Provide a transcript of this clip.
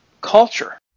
culture